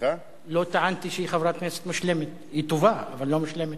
היא טובה, אבל לא מושלמת.